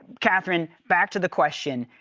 catherine, back to the question.